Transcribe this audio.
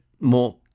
more